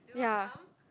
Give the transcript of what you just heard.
ya